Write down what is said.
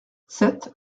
sept